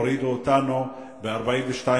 הורידו אותנו ב-42%,